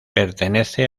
pertenece